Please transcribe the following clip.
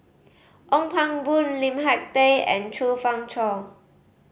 Ong Pang Boon Lim Hak Tai and Chong Fah Cheong